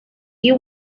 you